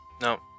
No